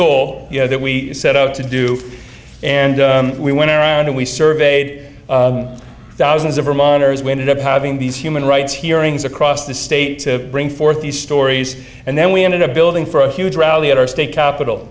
goal you know that we set out to do and we went around and we surveyed thousands of vermonters we ended up having these human rights hearings across the state to bring forth these stories and then we ended up building for a huge rally at our state